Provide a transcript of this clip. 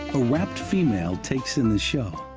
a rapt female takes in the show.